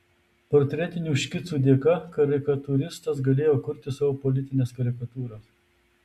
portretinių škicų dėka karikatūristas galėjo kurti savo politines karikatūras